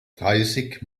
dreißig